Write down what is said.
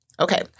Okay